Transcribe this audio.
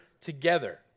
together